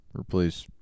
Replace